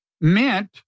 meant